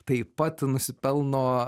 taip pat nusipelno